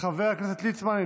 חבר הכנסת ליצמן,